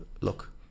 look